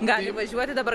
gali važiuoti dabar